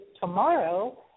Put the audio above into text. tomorrow